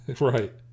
Right